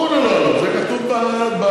ברור שללא עלות, זה כתוב בחוק.